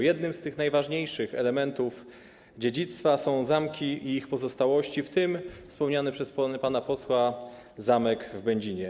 Jednym z tych najważniejszych elementów dziedzictwa są zamki i ich pozostałości, w tym wspomniany przez pana posła zamek w Będzinie.